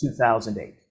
2008